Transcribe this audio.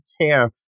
care